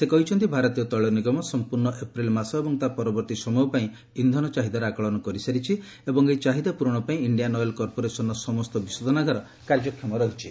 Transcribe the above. ସେ କହିଛନ୍ତି ଭାରତୀୟ ତୈଳ ନିଗମ ସମ୍ପର୍ଣ୍ଣ ଏପ୍ରିଲ ମାସ ଏବଂ ତା' ପରବର୍ତ୍ତୀ ସମୟ ପାଇଁ ଇନ୍ଧନ ଚାହିଦାର ଆକଳନ କରିସାରିଛନ୍ତି ଏବଂ ଏହି ଚାହିଦା ପୂରଣ ପାଇଁ ଇଣ୍ଡିଆନ ଅଏଲ କର୍ପୋରେସନର ସମସ୍ତ ବିଶୋଧନାଗାର କାର୍ଯ୍ୟକ୍ଷମ ରହିଛି